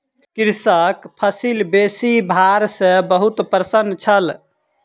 कृषक फसिल बेसी भार सॅ बहुत प्रसन्न छल